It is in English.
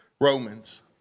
Romans